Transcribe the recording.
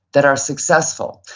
that are successful.